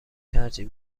ترجیح